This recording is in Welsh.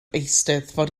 eisteddfod